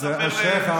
אז אשריך.